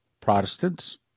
Protestants